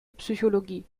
psychologie